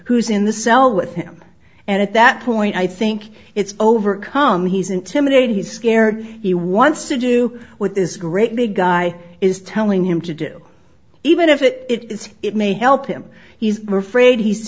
who's in the cell with him and at that point i think it's overcome he's intimidated he's scared he wants to do with this great big guy is telling him to do even if it is it may help him he's